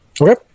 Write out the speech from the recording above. Okay